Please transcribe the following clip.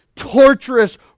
torturous